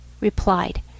replied